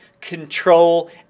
control